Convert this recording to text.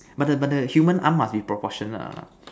but the but the human arm must be proportionate or not